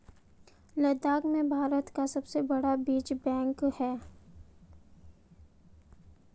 लद्दाख में भारत का सबसे बड़ा बीज बैंक है